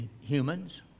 humans